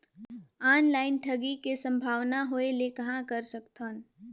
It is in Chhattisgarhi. ऑनलाइन ठगी के संभावना होय ले कहां कर सकथन?